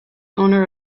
owner